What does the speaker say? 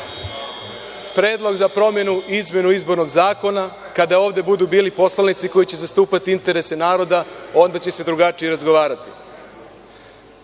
predlog za promenu i izmenu izbornog zakona, kada ovde budu bili poslanici koji će zastupati interese naroda, onda će se drugačije razgovarati. Šta